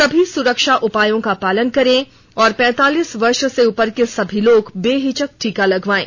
सभी सुरक्षा उपायों का पालन करें और पैंतालीस वर्ष से उपर के सभी लोग बेहिचक टीका लगवायें